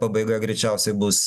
pabaiga greičiausiai bus